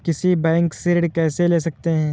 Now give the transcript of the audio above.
किसी बैंक से ऋण कैसे ले सकते हैं?